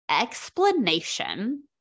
explanation